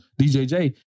DJJ